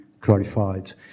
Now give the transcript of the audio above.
clarified